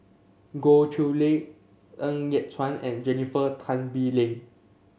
Goh Chiew Lye Ng Yat Chuan and Jennifer Tan Bee Leng